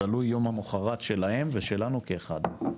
תלוי יום המחרת שלהם ושלנו כאחד.